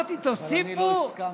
אבל אני לא הסכמתי,